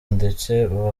ndetse